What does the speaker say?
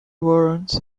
warrants